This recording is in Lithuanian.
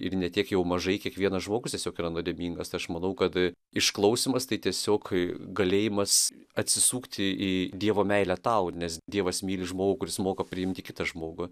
ir ne tiek jau mažai kiekvienas žmogus tiesiog yra nuodėmingas tai aš manau kad išklausymas tai tiesiog galėjimas atsisukti į dievo meilę tau nes dievas myli žmogų kuris moka priimti kitą žmogų